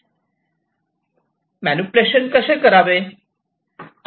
manipulate कशाप्रकारे करावे